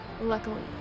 Luckily